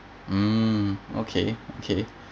mm okay okay